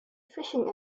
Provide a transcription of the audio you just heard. fishing